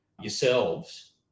yourselves